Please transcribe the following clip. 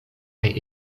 kaj